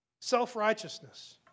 Self-righteousness